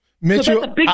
Mitchell